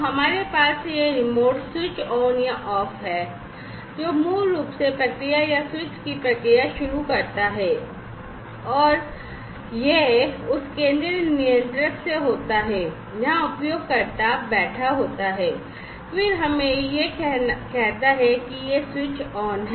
हमारे पास यह रिमोट स्विच ऑन या ऑफ है जो मूल रूप से प्रक्रिया या स्विच की प्रक्रिया शुरू करता है और यह उस केंद्रीय नियंत्रक से होता है जहां उपयोगकर्ता बैठा होता है और फिर हमें यह कहता है कि यह स्विच ऑन है